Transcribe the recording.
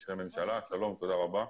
שלום, תודה רבה.